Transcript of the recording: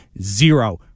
zero